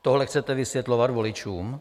Tohle chcete vysvětlovat voličům?